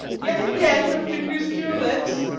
yet again your fingers to your lips?